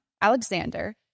Alexander